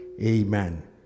Amen